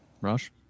Rush